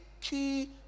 key